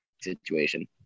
situation